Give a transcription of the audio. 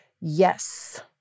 Yes